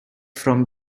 from